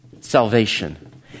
salvation